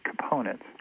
components